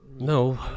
No